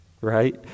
right